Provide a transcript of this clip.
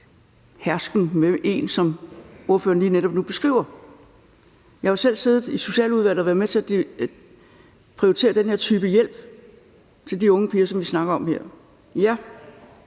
hersken over en, som ordføreren lige netop nu beskriver. Jeg har jo selv siddet i Socialudvalget og været med til at prioritere den her type hjælp til de unge piger, som vi snakker om her. Og